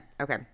Okay